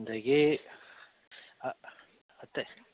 ꯑꯗꯒꯤ ꯑꯇꯩ